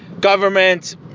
government